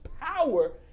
power